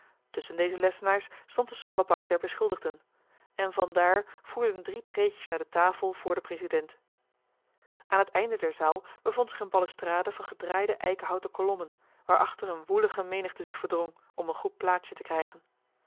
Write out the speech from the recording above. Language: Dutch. tusschen deze lessenaars stond de smalle bank der beschuldigden en van daar voerden drie treedjes naar de tafel vr den president aan het einde der zaal bevond zich eene balustrade van gedraaide eikenhouten kolommen waarachter eene woelige menigte zich verdrong om een goed plaatsje te krijgen